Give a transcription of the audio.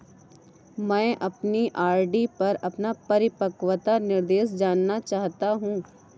मैं अपनी आर.डी पर अपना परिपक्वता निर्देश जानना चाहता हूँ